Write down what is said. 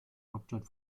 hauptstadt